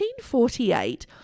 1848